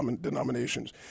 denominations